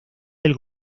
del